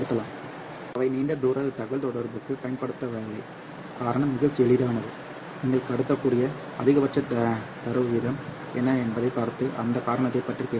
ஆனால் அவை நீண்ட தூர தகவல்தொடர்புக்கு பயன்படுத்தப்படவில்லை காரணம் மிகவும் எளிதானது நீங்கள் கடத்தக்கூடிய அதிகபட்ச தரவு வீதம் என்ன என்பதைப் பார்த்து அந்த காரணத்தைப் பற்றி பேசுவோம்